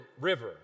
River